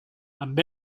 amb